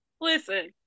Listen